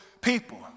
people